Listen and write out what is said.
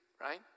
right